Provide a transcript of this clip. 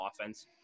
offense